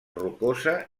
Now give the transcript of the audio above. rocosa